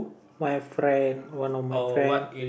my friend one of my friend